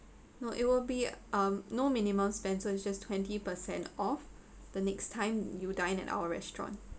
no it will be um no minimum spend so is just twenty percent off the next time you dine at our restaurant